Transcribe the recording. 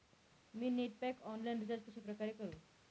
मी net pack online recharge कशाप्रकारे करु?